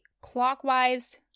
clockwise-